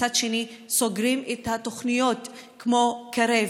מצד שני, סוגרים תוכניות כמו קרב,